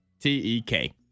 T-E-K